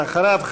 ואחריו,